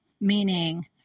meaning